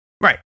Right